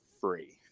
free